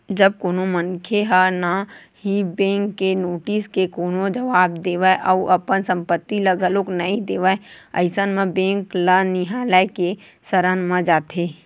जब कोनो मनखे ह ना ही बेंक के नोटिस के कोनो जवाब देवय अउ अपन संपत्ति ल घलो नइ देवय अइसन म बेंक ल नियालय के सरन म जाथे